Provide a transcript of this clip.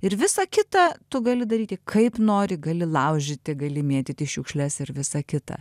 ir visa kita tu gali daryti kaip nori gali laužyti gali mėtyti šiukšles ir visa kita